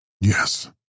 Yes